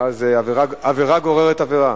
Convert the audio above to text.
ואז עבירה גוררת עבירה.